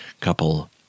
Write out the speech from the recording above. couple